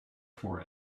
for